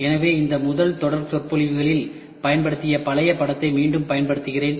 எனவே இந்த முதல் தொடர் சொற்பொழிவுகளில் பயன்படுத்திய பழைய படத்தை மீண்டும் பயன்படுத்துகிறேன்